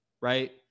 right